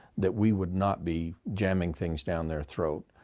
that we would not be jamming things down their throat.